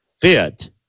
fit